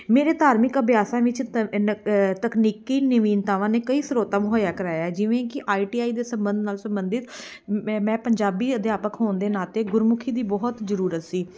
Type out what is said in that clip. ਮੇਰੇ ਧਾਰਮਿਕ ਅਭਿਆਸਾਂ ਵਿੱਚ ਤਕਨੀਕੀ ਨਵੀਨਤਾਵਾਂ ਨੇ ਕਈ ਸਰੋਤ ਮੁਹੱਈਆ ਕਰਵਾਇਆ ਜਿਵੇਂ ਕਿ ਆਈ ਟੀ ਆਈ ਦੇ ਸੰਬੰਧ ਨਾਲ ਸੰਬੰਧਿਤ ਮੈਂ ਮੈਂ ਪੰਜਾਬੀ ਅਧਿਆਪਕ ਹੋਣ ਦੇ ਨਾਤੇ ਗੁਰਮੁਖੀ ਦੀ ਬਹੁਤ ਜ਼ਰੂਰਤ ਸੀ